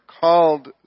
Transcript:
called